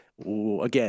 again